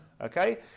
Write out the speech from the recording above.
Okay